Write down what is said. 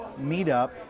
meetup